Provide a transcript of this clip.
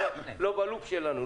לא בלופ שלנו,